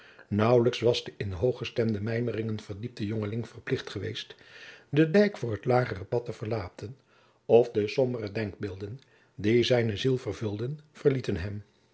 naauwlijks was de in hooggestemde mijmeringen verdiepte jongeling verplicht geweest den dijk voor het lagere pad te verlaten of de sombere denkbeelden die zijne ziel vervulden verlieten hem